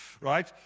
right